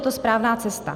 Je to správná cesta.